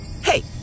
Hey